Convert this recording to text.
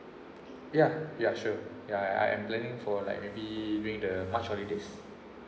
ya ya sure ya I am planning for like may be during the march holidays